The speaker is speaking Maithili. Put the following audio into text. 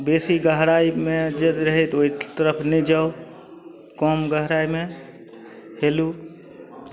बेसी गहराइमे जे रहैत ओहि तरफ नहि जाउ कम गहराइमे हेलू